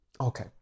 Okay